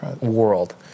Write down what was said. world